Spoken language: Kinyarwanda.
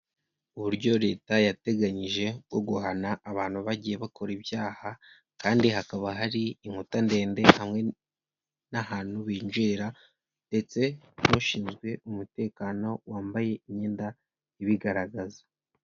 Uburyo leta yateganyije bwo guhana abantu bagiye bakora ibyaha kandi hakaba hari inkuta ndende hamwe n'ahantu binjirira ndetse n'ushinzwe umutekano wambaye imyenda ibigaragaza.